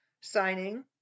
Signing